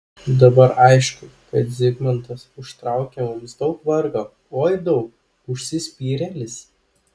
dabar aišku kad zigmantas užtraukė mums daug vargo oi daug užsispyrėlis